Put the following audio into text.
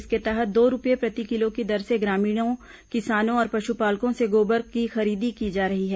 इसके तहत दो रूपये प्रति किलो की दर से ग्रामीणों किसानों और पशुपालकों से गोबर की खरीदी की जा रही है